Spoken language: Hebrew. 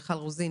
מיכל רוזין,